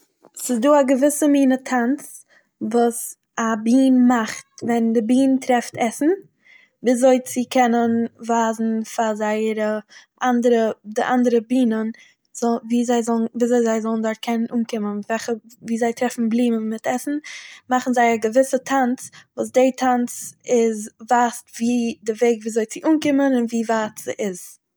ס'איז דא א געוויסע מינע טאנץ וואס א בין מאכט ווען דער בין טרעפט עסן, וויזוי צו קענען ווייזן פאר זייערע אנדערע, די אנדערע בינען זא ווי זיי זאלן ווי אזוי זיי זאלן קענען דארט אנקומען, וועכע ווי זיי טרעפן בינען מיט עסן מאכן זיי א געוויסע טאנץ וואס דעיע טאנץ איז ווייזט ווי די וועג ווי אזוי צו אנקומען און ווי ווייט ס'איז.